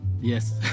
Yes